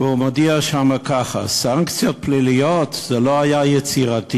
הוא מודיע שם כך: סנקציות פליליות לא היו יצירתי